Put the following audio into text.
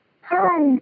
Hi